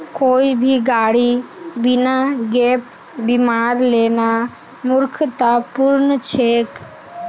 कोई भी गाड़ी बिना गैप बीमार लेना मूर्खतापूर्ण छेक